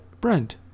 Brent